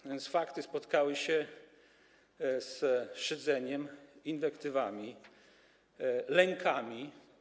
No więc fakty spotkały się z szydzeniem, inwektywami, lękami.